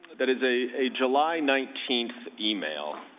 that is a a july nineteenth e mail.